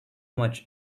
much